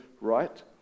right